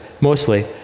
mostly